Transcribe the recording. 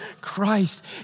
Christ